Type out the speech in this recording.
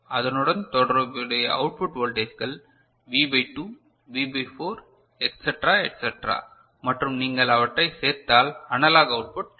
அதனுடன் தொடர்புடைய அவுட்புட் வோல்டேஜ்கள் V by 2 V by 4 etcetera etcetera மற்றும் நீங்கள் அவற்றைச் சேர்த்தால் அனலாக் அவுட்புட் கிடைக்கும்